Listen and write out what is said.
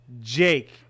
Jake